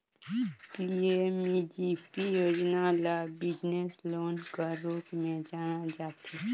PMEGP योजना ल business loan कर रूप में जानल जाथे